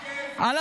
איזה מספר זה?